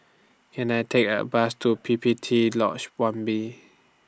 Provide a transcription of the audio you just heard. Can I Take A Bus to P P T Lodge one B